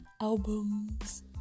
albums